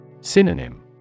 Synonym